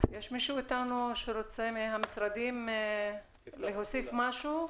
יש מישהו איתנו מהמשרדים שרוצה להוסיף משהו?